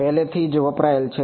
પહેલેથી જ વપરાયેલ છે